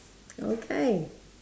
okay